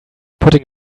putting